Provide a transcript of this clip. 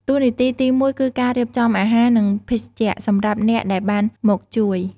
តួនាទីទីមួយគឺការរៀបចំអាហារ និងភេសជ្ជៈសម្រាប់អ្នកដែលបានមកជួយ។